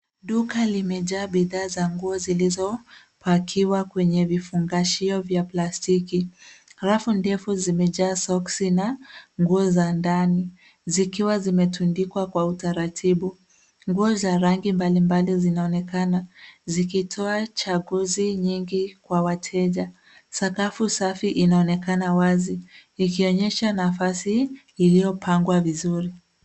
Duka limejaa bidhaa za nguo zilizopakiwa kwenye vifungashio vya plastiki. Rafu ndefu zimejaa soksi na nguo za ndani zikiwa zimetundikwa kwa utaratibu. Nguo za rangi mbalimbali zinaonekana zikitoa chaguzi nyingi kwa wateja. Sakafu safi inaonekana wazi ikionyesha nafasi iliyopangwa vizuri.